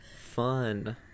fun